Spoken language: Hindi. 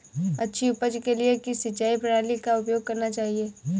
अच्छी उपज के लिए किस सिंचाई प्रणाली का उपयोग करना चाहिए?